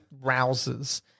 rouses